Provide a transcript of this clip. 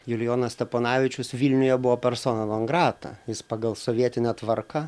julijonas steponavičius vilniuje buvo persona non grata jis pagal sovietinę tvarką